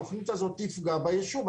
התכנית הזאת תפגע ביישוב.